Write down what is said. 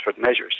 measures